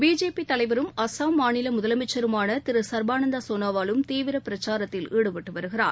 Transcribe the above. BJP தலைவரும் அஸ்ஸாம் மாநில முதலமைச்சருமான திரு ச்பானந்தா சோளாவாலும் தீவிர பிரச்சாரத்தில் ஈடுபட்டு வருகிறார்